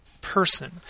person